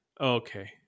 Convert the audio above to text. Okay